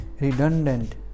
Redundant